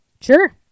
Sure